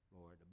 Lord